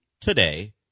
today